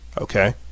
Okay